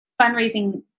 fundraising